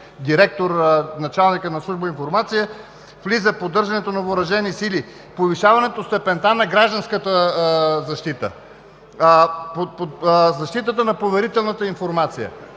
директор, началник на служба „Информация“, влиза поддържането на въоръжени сили, повишаването степента на гражданската защита, защитата на поверителната информация.